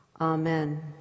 Amen